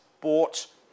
bought